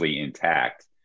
intact